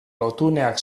lotuneak